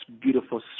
beautiful